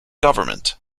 government